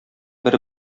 бер